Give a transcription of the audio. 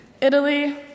Italy